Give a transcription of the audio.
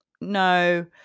no